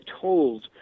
told